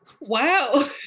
Wow